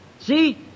See